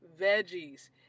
veggies